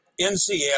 NCL